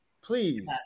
please